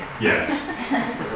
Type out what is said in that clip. yes